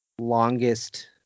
longest